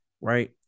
right